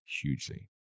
hugely